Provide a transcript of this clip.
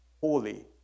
holy